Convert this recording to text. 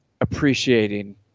appreciating